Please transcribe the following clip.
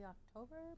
October